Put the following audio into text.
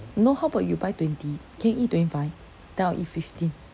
no how about you buy twenty can you eat twenty five then I'll eat fifteen